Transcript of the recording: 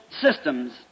systems